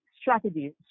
strategies